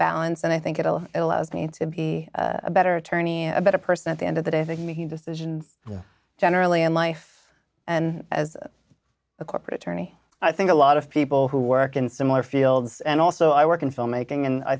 balance and i think it'll allow me to be a better attorney a better person at the end of the day he decisions generally in life and as a corporate attorney i think a lot of people who work in similar fields and also i work in filmmaking and i